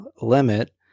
limit